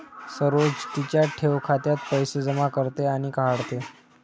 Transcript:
सरोज तिच्या ठेव खात्यात पैसे जमा करते आणि काढते